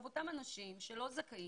אנחנו מאמינים שלאותם אנשים שאינם זכאים